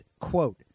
quote